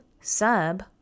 sub